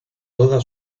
toda